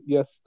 Yes